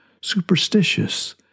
superstitious